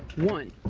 one.